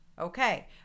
Okay